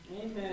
Amen